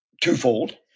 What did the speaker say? Twofold